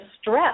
stress